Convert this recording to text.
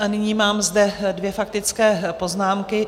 A nyní mám zde dvě faktické poznámky.